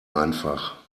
einfach